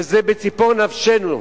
שזה ציפור נפשנו.